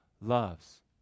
loves